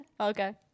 Okay